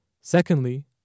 Secondly